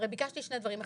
ביקשתי שני דברים,